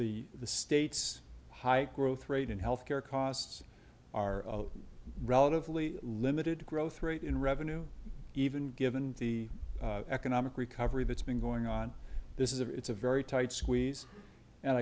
the the state's high growth rate and health care costs are relatively limited growth rate in revenue even given the economic recovery that's been going on this is of it's a very tight squeeze and